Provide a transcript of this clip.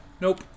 Nope